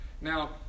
Now